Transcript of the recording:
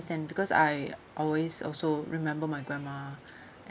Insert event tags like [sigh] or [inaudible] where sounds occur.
because I always also remember my grandma [breath]